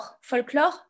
Folklore